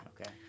Okay